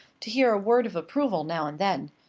to hear a word of approval now and then.